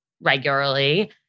regularly